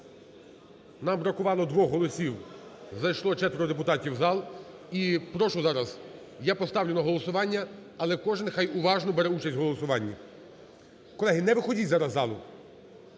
Нам бракувало двох голосів. Зайшло четверо депутатів в зал. І прошу зараз, я поставлю на голосування, але кожен хай уважно бере участь в голосуванні. Колеги, не виходіть зараз із залу.